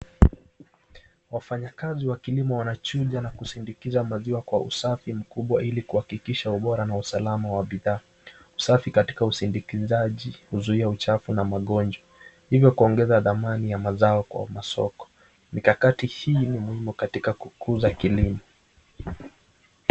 Wafanyakazi wa kilimo wanachunga na kusindikiza maziwa kwa usafi mkubwa ili kuhakikisha ubora na usalama wa bidhaa. Usafi katika usindikizaji huzuia uchafu na magonjwa, hivyo kuongeza thamani ya mazao kwa masoko. Mikakati hii ni muhimu katika kukuza kilimo.